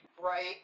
Right